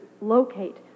locate